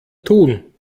tun